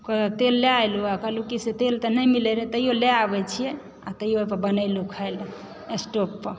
ओकरा बाद तेल लए एलहुँ आ कहलहुँ से की तेल तऽ नहि मिलै रहै तैयो लए आबै छियै आ तैयो ओहिपर बनेलहुँ खाए ला स्टोव पर